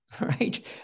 right